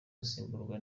gusimburwa